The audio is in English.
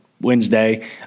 Wednesday